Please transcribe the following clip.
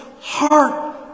heart